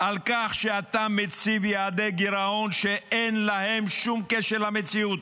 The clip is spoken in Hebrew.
על כך שאתה מציב יעדי גירעון שאין להם שום קשר למציאות,